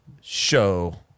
show